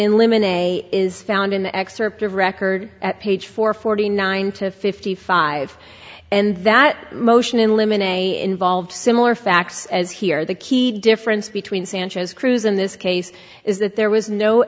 in limine a is found in the excerpt of record at page four forty nine to fifty five and that motion in limine a involved similar facts as here the key difference between sanchez crews in this case is that there was no